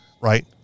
right